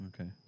Okay